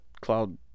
Cloud